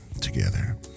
together